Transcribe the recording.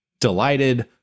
delighted